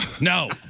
No